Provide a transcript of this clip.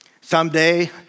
someday